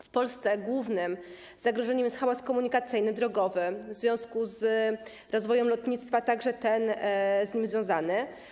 W Polsce głównym zagrożeniem jest hałas komunikacyjny, drogowy, a w związku z rozwojem lotnictwa - także ten z nim związany.